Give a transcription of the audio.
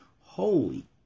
holy